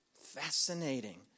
Fascinating